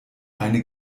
eine